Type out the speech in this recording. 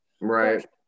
Right